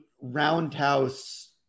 roundhouse